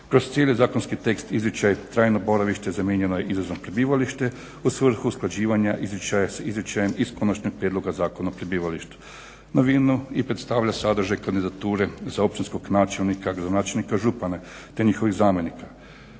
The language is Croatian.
Kroz cilj je zakonski tekst izričaj trajno boravište zamijenjeno izrazom prebivalište u svrhu usklađivanja izričaja s izričajem iz konačnog prijedloga zakona o prebivalištu. Novinu i predstavlja sadržaj kandidature za općinskog načelnika, gradonačelnika i župana te njihovih zamjenika.